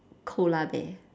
koala bear